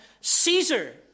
Caesar